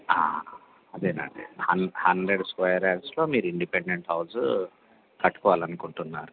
అదేనండి hundred square యార్డ్స్లో మీరు ఇండిపెండెంట్ హౌసు కట్టుకోవాలి అనుకుంటున్నారు